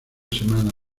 semana